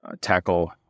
tackle